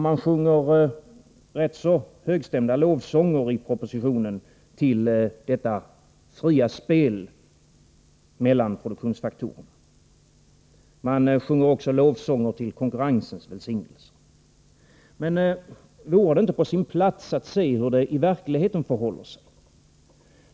Man sjunger i propositionen rätt högstämda lovsånger till det fria spelet mellan produktionsfaktorerna, och man sjunger också lovsånger till konkurrensens välsignelser. Men vore det inte på sin plats att se hur det förhåller sig i verkligheten?